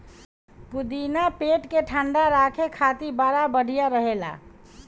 पुदीना पेट के ठंडा राखे खातिर बड़ा बढ़िया रहेला